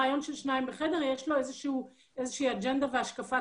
הרעיון של שניים בחדר יש לו אג'נדה והשקפת